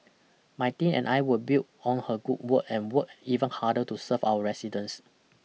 my team and I will build on her good work and work even harder to serve our residents